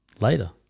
later